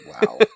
Wow